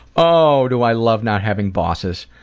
oh do i love not having bosses.